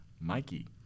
Mikey